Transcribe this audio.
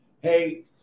Hey